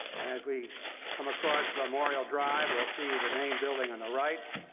as we come across memorial drive, we'll see the main building on the right.